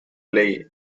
ley